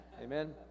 Amen